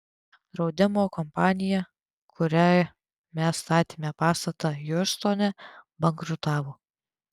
draudimo kompanija kuriai mes statėme pastatą hjustone bankrutavo